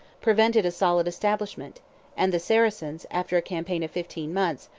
prevented a solid establishment and the saracens, after a campaign of fifteen months,